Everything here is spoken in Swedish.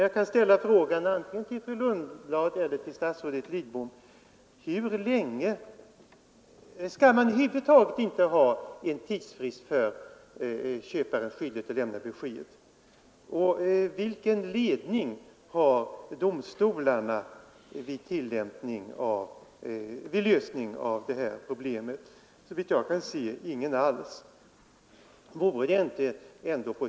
Jag håller med fru Lundblad om att man inte omedelbart skall kunna avkräva ett besked från köparen.